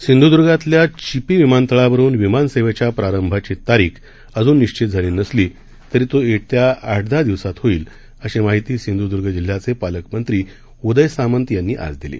सिंधुदुर्गातल्या चिपी विमानतळावरून विमान सेवेच्या प्रारंभाची तारीख अजून निश्वित झाली नसली तरी तो येत्या आठ दहा दिवसात होईल अशी माहिती सिंधुदुर्गचे पालकमंत्री उदय सामंत यांनी आज दिली